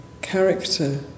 character